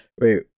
Wait